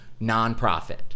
nonprofit